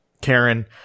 Karen